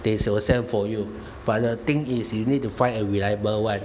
they will sell for you but the thing is you need to find a reliable [one]